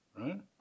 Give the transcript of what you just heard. right